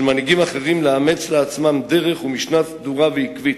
מנהיגים אחרים לאמץ לעצמם דרך ומשנה סדורה ועקבית,